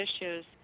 issues